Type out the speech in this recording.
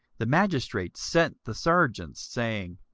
the magistrates sent the serjeants, saying,